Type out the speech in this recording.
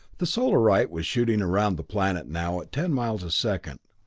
the solarite was shooting around the planet now at ten miles a second,